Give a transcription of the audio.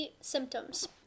symptoms